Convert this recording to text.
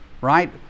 right